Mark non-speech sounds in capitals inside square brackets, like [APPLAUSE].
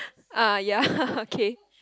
ah ya [LAUGHS] okay